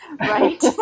Right